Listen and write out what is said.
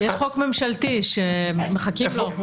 יש חוק ממשלתי שמחכים לו.